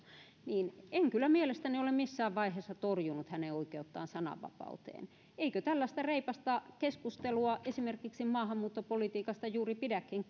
niin en kyllä mielestäni ole missään vaiheessa torjunut hänen oikeuttaan sananvapauteen eikö tällaista reipasta keskustelua esimerkiksi maahanmuuttopolitiikasta juuri pidäkin